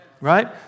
right